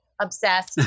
obsessed